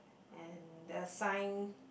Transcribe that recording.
and the signs